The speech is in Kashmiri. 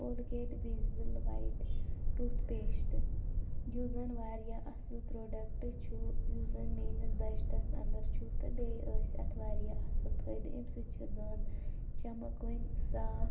Colgate visible white toothpaste یُس زَن واریاہ اَصٕل پرٛوڈَکٹ چھُ یُس زَن میٛٲنِس بَجٹَس انڈَر چھُ تہٕ بیٚیہِ ٲسۍ اَتھ واریاہ اَصٕل فٲیدٕ اَمہِ سۭتۍ چھِ دَنٛد چَمَکوٕنۍ صاف